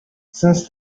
since